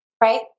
right